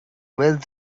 bhfuil